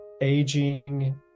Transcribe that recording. aging